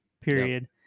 Period